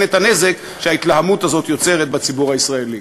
את הנזק שההתלהמות הזאת יוצרת בציבור הישראלי.